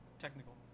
Technical